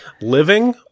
Living